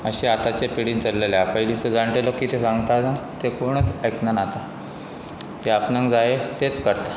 मातशें आतांचे पिडीन चल्लेले पयलीचो जाण्टे लोक कितें सांगता ते कोणूच आयकनान आता ते आपणक जाय तेंच करता